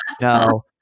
no